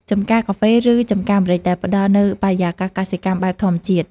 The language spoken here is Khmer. ចំការកាហ្វេ ឬចម្ការម្រេច ដែលផ្តល់នូវបរិយាកាសកសិកម្មបែបធម្មជាតិ។